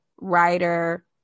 writer